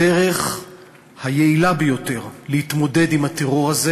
הדרך היעילה ביותר להתמודד עם הטרור הזה